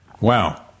Wow